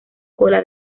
cola